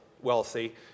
wealthy